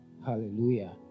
Hallelujah